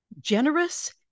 Generous